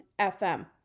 FM